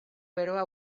beroa